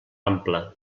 ampla